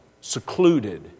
secluded